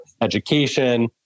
education